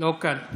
לא כאן.